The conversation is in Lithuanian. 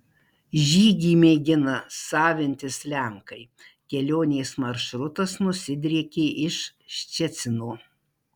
žygį mėgina savintis lenkai kelionės maršrutas nusidriekė iš ščecino